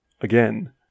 again